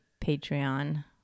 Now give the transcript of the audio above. Patreon